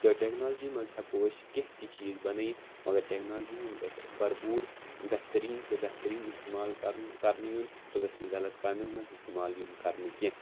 تہٕ ٹٮ۪کنالجی منٛز ہٮ۪کو أسۍ کینٛہہ تہِ چیٖز بَنٲیِتھ مگر ٹٮ۪کنالجی ہُنٛد گژھِ برپوٗر بہتریٖن سے بہتریٖن استعمال کَرُن کَرنہٕ یُن سُہ گژھِ نہٕ غلط کامٮ۪ن منٛز استعمال یُن کَرنہٕ کینٛہہ